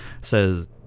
says